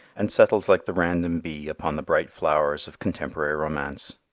and settles like the random bee upon the bright flowers of contemporary romance.